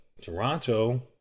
Toronto